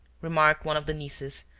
remarked one of the nieces,